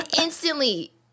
instantly